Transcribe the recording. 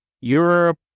Europe